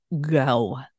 go